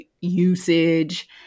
usage